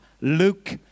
Luke